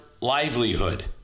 livelihood